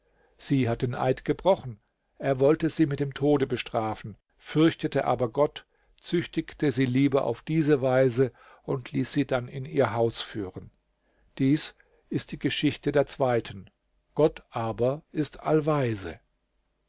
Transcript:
sie hat den eid gebrochen er wollte sie mit dem tode bestrafen fürchtete aber gott züchtigte sie lieber auf diese weise und ließ sie dann in ihr haus führen dies ist die geschichte der zweiten gott aber ist allweise